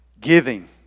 Giving